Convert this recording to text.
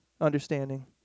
understanding